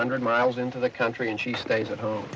hundred miles into the country and she stays at home